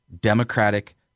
democratic